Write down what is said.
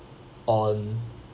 on